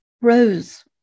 rose